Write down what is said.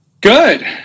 Good